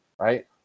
right